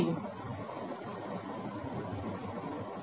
எனக்கு ஒரு உதாரணம் சொல்ல முடியுமா